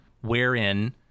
wherein